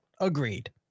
Agreed